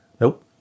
Nope